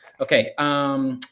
Okay